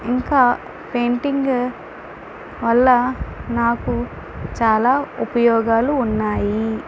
ఇంకా పెయింటింగ్ వల్ల నాకు చాలా ఉపయోగాలు ఉన్నాయి